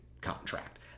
contract